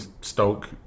Stoke